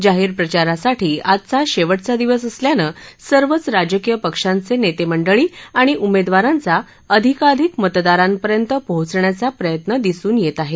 जाहीर प्रचारासाठी आजचा शेवटचा दिवस असल्यानं सर्वच राजकीय पक्षांचे नेते मंडळी आणि उमेदवारांचा अधिकाधिक मतदारांपर्यंत पोहोचण्याचा प्रयत्न दिसून येत आहे